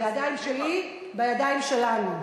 בידיים שלי, בידיים שלנו.